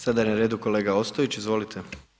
Sada je na redu kolega Ostojić, izvolite.